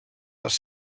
les